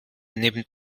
neben